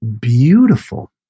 beautiful